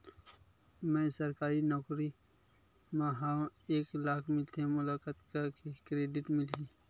मैं सरकारी नौकरी मा हाव एक लाख मिलथे मोला कतका के क्रेडिट मिलही?